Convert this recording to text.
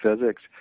physics